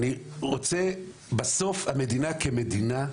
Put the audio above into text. בסוף המדינה כמדינה,